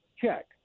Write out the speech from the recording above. check